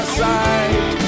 side